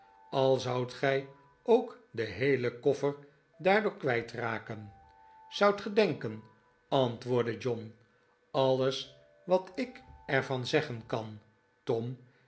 al zoudt gij ook den heelen koffer daardoor kwijtraken zoudt ge denken antwoordde john alles wat ik er van zeggen kan tom